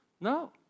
No